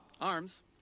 ARMS